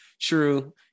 true